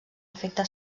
efecte